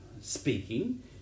speaking